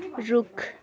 रुख